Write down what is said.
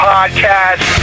Podcast